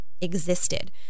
existed